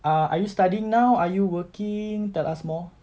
uh are you studying now are you working tell us more